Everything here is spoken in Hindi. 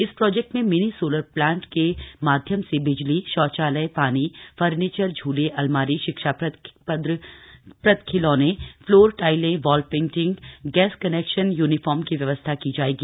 इस प्रोजेक्ट में मिनी सोलर प्लांट के माध्यम से बिजली शौचालय पानी फर्नीचर झूले अलमारी शिक्षाप्रद खिलौने फ्लोर टाईलें wall painting gas connection uniform की व्यवस्था की जाएगी